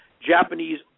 Japanese